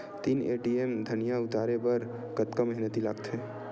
तीन एम.टी धनिया उतारे बर कतका मेहनती लागथे?